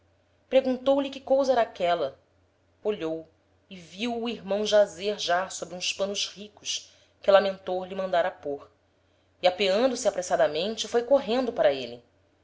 chorando preguntou lhe que cousa era aquela olhou e viu o irmão jazer já sobre uns panos ricos que lamentor lhe mandara pôr e apeando se apressadamente foi correndo para êle